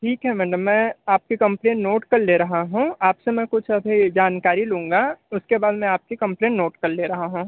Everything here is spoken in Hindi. ठीक है मैडम मैं आपकी कंप्लेन नोट कर ले रहा हूँ आप से मैं कुछ अभी जानकारी लूँगा उसके बाद मैं आपकी कंप्लेन नोट कर ले रहा हूँ